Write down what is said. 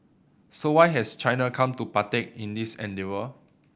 so why has China come to partake in this endeavour